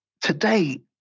today